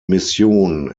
mission